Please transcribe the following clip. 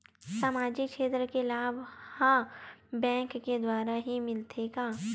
सामाजिक क्षेत्र के लाभ हा बैंक के द्वारा ही मिलथे का?